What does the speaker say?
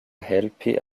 helpi